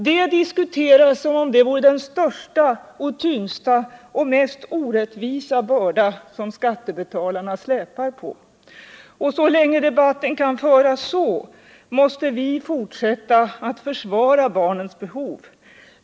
De diskuteras som om det vore den tyngsta och mest orättvisa börda som skattebetalarna släpar på. Så länge debatten kan föras så, måste vi fortsätta att försvara barnens behov.